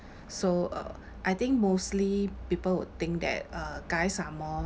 so uh I think mostly people would think that uh guys are more